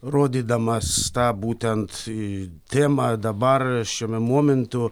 rodydamas tą būtent temą dabar šiame momentu